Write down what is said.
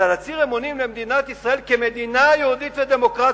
אלא להצהיר אמונים למדינת ישראל כמדינה יהודית ודמוקרטית.